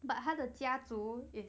but 他的家族 is